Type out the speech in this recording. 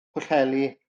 pwllheli